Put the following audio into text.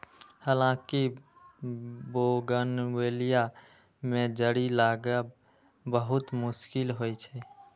हालांकि बोगनवेलिया मे जड़ि लागब बहुत मुश्किल होइ छै